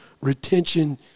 retention